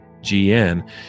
GN